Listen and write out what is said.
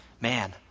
Man